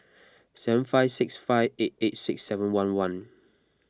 seven five six five eight eight six seven one one